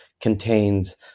contains